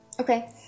Okay